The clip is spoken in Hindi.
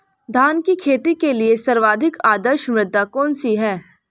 धान की खेती के लिए सर्वाधिक आदर्श मृदा कौन सी है?